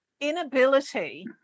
inability